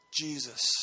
Jesus